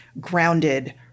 grounded